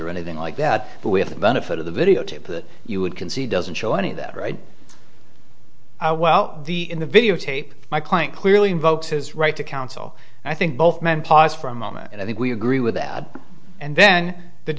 or anything like that but we have the benefit of the videotape that you would concede doesn't show any of that right well the in the videotape my client clearly invokes his right to counsel i think both men pause for a moment and i think we agree with that and then the